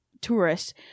tourists